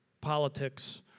politics